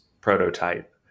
prototype